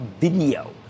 Video